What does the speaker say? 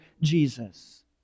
Jesus